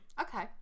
okay